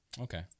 Okay